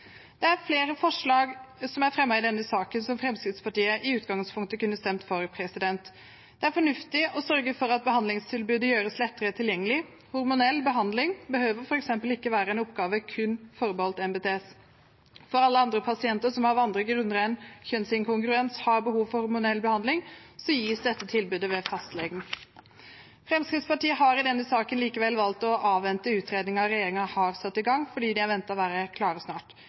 Det er flere forslag som er fremmet i denne saken som Fremskrittspartiet i utgangspunktet kunne stemt for. Det er fornuftig å sørge for at behandlingstilbudet gjøres lettere tilgjengelig. Hormonell behandling behøver f.eks. ikke være en oppgave forbeholdt kun NBTS. For alle andre pasienter som av andre grunner enn kjønnsinkongruens har behov for hormonell behandling, gis dette tilbudet hos fastlegen. Fremskrittspartiet har i denne saken likevel valgt å avvente utredningen regjeringen har satt i gang, fordi den er ventet å være klar snart.